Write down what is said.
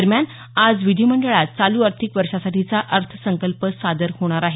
दरम्यान आज विधिमंडळात चालू आर्थिक वर्षासाठीचा अर्थसंकल्प सादर होणार आहे